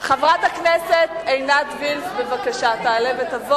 כי הנושא לא היה צריך לעלות מלכתחילה.